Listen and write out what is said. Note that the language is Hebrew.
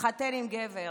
התחתן עם גבר.